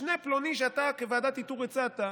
משנה פלוני שאתה בוועדת איתור הצעת,